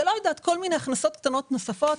כל מיני הכנסות קטנות נוספות.